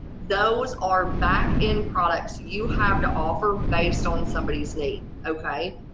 those are back in products you have to offer based on somebody's needs, okay?